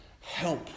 help